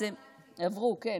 הן עברו, מטי.